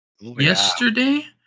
yesterday